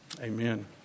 amen